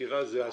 סקירה זה עשיתי,